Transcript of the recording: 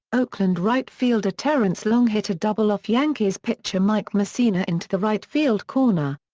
oakland right fielder terrence long hit a double off yankees pitcher mike mussina into the right-field corner.